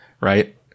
Right